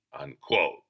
unquote